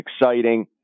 exciting